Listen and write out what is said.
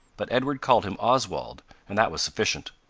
but edward called him oswald, and that was sufficient.